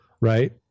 right